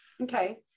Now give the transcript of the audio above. Okay